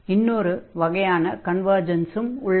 இன்னொரு வகையான கன்வர்ஜன்ஸும் உள்ளது